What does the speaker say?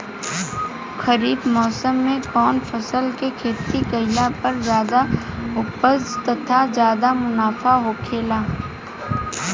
खरीफ़ मौसम में कउन फसल के खेती कइला पर ज्यादा उपज तथा ज्यादा मुनाफा होखेला?